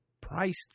priced